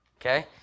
okay